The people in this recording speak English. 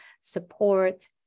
support